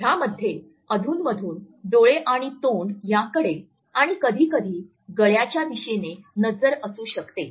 ह्यामध्ये अधून मधून डोळे आणि तोंड यांकडे आणि कधीकधी गळ्याच्या दिशेने नजर असू शकते